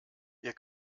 ihr